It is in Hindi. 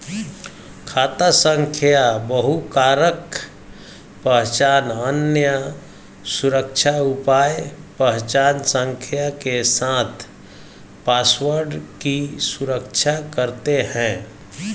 खाता संख्या बहुकारक पहचान, अन्य सुरक्षा उपाय पहचान संख्या के साथ पासवर्ड की सुरक्षा करते हैं